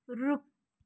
रुख